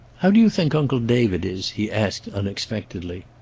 how do you think uncle david is? he asked, unexpectedly.